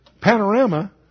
panorama